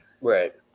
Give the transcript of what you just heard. right